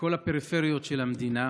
בכל הפריפריות של המדינה.